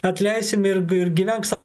atleisim ir ir gyvenk sa